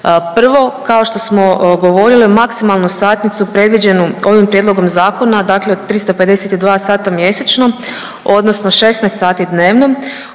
Prvo, kao što smo govorili maksimalnu satnicu predviđenu ovim prijedlogom zakona dakle 352 sata mjesečno odnosno 16 sati dnevno